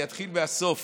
אני אתחיל מהסוף